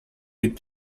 bit